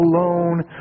alone